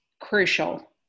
crucial